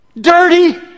dirty